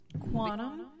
Quantum